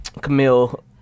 Camille